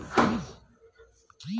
ಯಾವ ಬೆಳೆ ಈಗಿನ ಮುಂಗಾರಿಗೆ ಸೂಕ್ತ?